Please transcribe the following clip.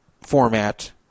format